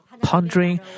Pondering